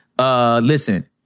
listen